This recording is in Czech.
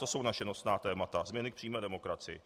To jsou naše nosná témata změny k přímé demokracii.